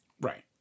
Right